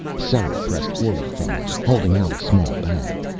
sera pressed forward from them, holding out a small bag.